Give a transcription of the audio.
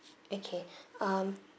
okay um